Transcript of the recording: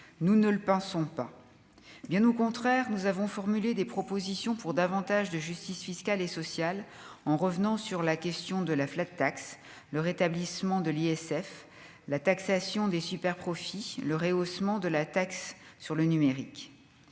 nous ne le pensons pas, bien au contraire, nous avons formulé des propositions pour davantage de justice fiscale et sociale, en revenant sur la question de la flotte taxe le rétablissement de l'ISF : la taxation des superprofits le rehaussement de la taxe sur le numérique,